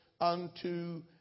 unto